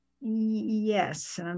Yes